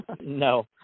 no